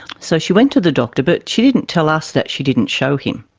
so she went to the doctor but she didn't tell us that she didn't show him.